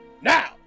Now